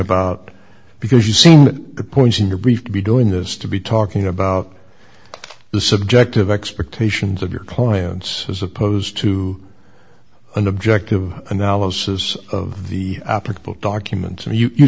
about because you see the point in your brief to be doing this to be talking about the subjective expectations of your clients as opposed to an objective analysis of the applicable documents and you